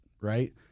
right